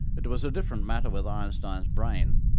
it was a different matter with einstein's brain.